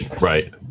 Right